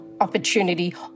Opportunity